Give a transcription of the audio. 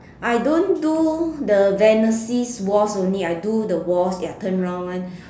I don't do the Viennese waltz only I do the waltz ya turn round one